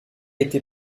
été